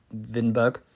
Vinberg